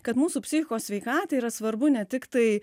kad mūsų psichikos sveikatai yra svarbu ne tik tai